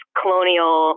colonial